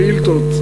שאילתות,